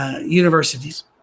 universities